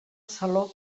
saló